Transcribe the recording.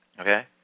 Okay